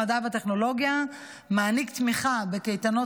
המדע והטכנולוגיה מעניק תמיכה בקייטנות